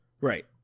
Right